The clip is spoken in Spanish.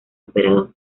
operados